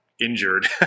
injured